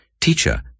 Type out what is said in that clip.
Teacher